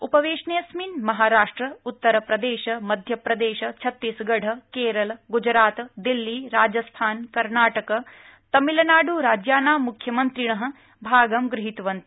उपवध्यक्ष सित्मिन् महाराष्ट्र उत्तरप्रदर्श मध्यप्रदर्श छत्तीसगढ क्रिज ग्जरात दिल्ली राजस्थान कर्नाटक तमिलनाड़ राज्यानां मुख्यमन्त्रिणाः भागं गृहीतवन्त